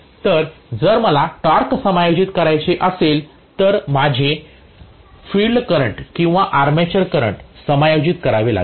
तर जर मला टॉर्क समायोजित करायचे असेल तर माझे फील्ड करंट किंवा आर्मेचर करंट समायोजित करणे आवडेल